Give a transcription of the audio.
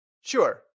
Sure